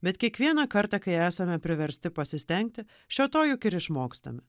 bet kiekvieną kartą kai esame priversti pasistengti šio to juk ir išmokstame